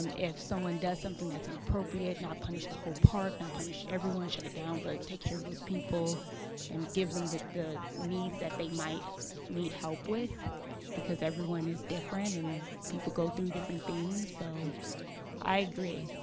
um if someone does something that's inappropriate not punish the whole part and punish everyone shut it down but take care of those people and give them the the needs that they might need help with because everyone is different and people go through different things so i agree